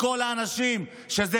לכל האנשים שזה